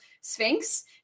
Sphinx